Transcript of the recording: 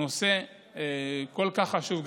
הנושא כל כך חשוב.